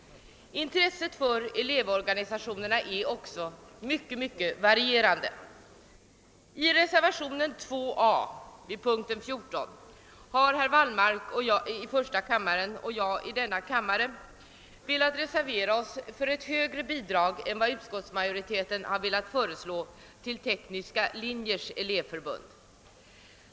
Intresset för elevorganisationerna är också mycket varierande. I reservationen 2 a vid punkten 14 har herr Wallmark i första kammaren och jag i denna kammare velat reservera oss för ett högre bidrag än vad utskottsmajoriteten har velat föreslå till Tekniska linjers elevförbund.